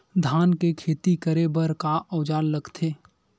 धान के खेती करे बर का औजार लगथे?